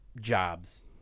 jobs